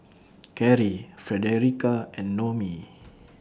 Karie Fredericka and Noemie